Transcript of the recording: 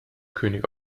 könig